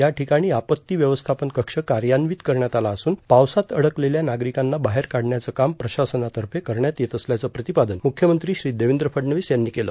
या ठिकाणी आपत्ती व्यवस्थापन कक्ष कार्यान्वित करण्यात आला असून पावसात अडकलेल्या नागरिकांना बाहेर काढण्याचं काम प्रशासनातर्फे करण्यात येत असल्याचं प्रतिपादन मुख्यमंत्री श्री देवेंद्र फडणवीस यांनी केलं